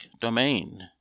DOMAIN